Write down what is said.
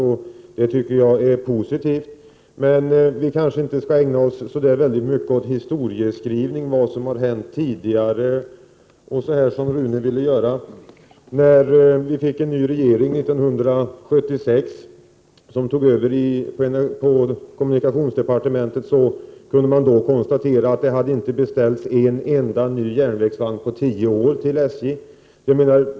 Dessa investeringar anser jag vara positiva men vi kanske inte bör ägna oss så mycket åt historieskrivning och tala om vad som hänt tidigare, vilket Rune Johansson ville göra. När vi fick en ny regering 1976 och en borgerlig ledning även av kommunikationsdepartementet, kunde man konstatera att det inte hade beställts en enda ny järnvägsvagn till SJ på tio år.